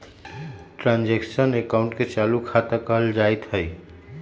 transaction अकाउंटे के चालू खता कहल जाइत हइ